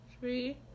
Three